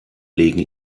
legen